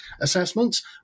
assessments